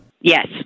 Yes